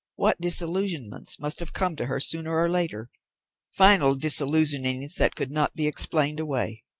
what disillusionments must have come to her sooner or later final disillusionings that could not be explained away.